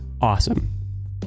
awesome